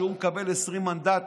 שהוא מקבל 20 מנדטים,